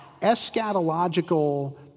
eschatological